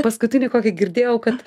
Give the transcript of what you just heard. paskutinį kokį girdėjau kad